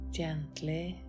gently